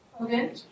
Okay